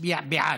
כמצביע בעד.